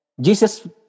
Jesus